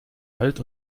halt